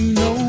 no